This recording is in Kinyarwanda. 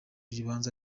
ribanza